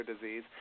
disease